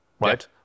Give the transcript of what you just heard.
right